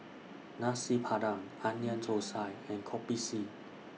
Nasi Padang Onion Thosai and Kopi C